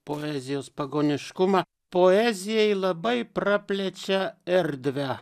poezijos pagoniškumą poezijai labai praplečia erdvę